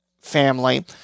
family